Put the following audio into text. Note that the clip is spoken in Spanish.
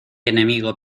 enemigo